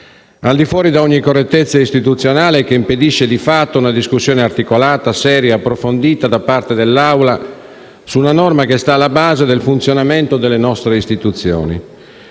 al di fuori da ogni correttezza istituzionale, che impedisce, di fatto, una discussione articolata, seria e approfondita da parte dell'Assemblea su una norma che sta alla base del funzionamento delle nostre istituzioni.